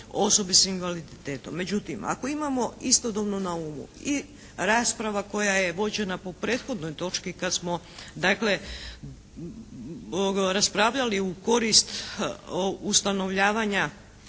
osobe s invaliditetom. Međutim, ako imamo istodobno na umu i rasprava koja je vođena po prethodnoj točki kad smo dakle raspravljali u korist ustanovljavanja